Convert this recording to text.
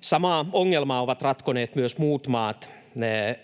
Samaa ongelmaa ovat ratkoneet myös muut maat.